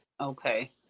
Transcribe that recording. Okay